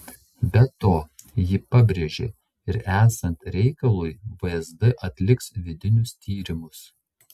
be to ji pabrėžė ir esant reikalui vsd atliks vidinius tyrimus